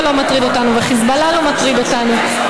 לא מטרידה אותנו וחיזבאללה לא מטריד אותנו,